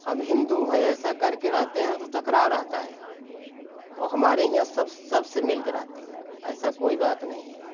हम हिंदू हैं ऐसा करके रहते हैं तो टकराव रहता है और हमारे यहाँ सब सबसे मिलकर आते हैं ऐसा कोई बात नहीं है